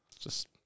Just-